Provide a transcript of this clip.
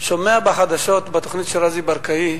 אני שומע בחדשות, בתוכנית של רזי ברקאי,